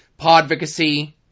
Podvocacy